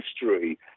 history